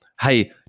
hey